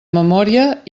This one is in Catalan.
memòria